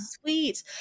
sweet